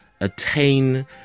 attain